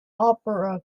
opera